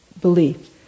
belief